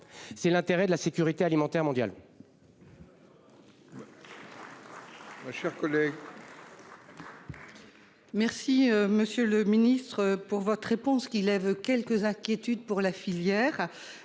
C'est celui de la sécurité alimentaire mondiale.